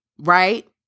right